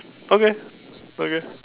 okay okay